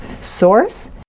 source